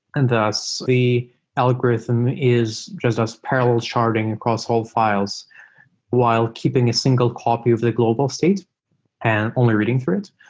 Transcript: and thus, the algorithm is just as parallel sharding across whole files while keeping a single copy of the global state and only reading through it.